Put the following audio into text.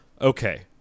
okay